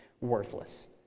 worthless